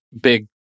big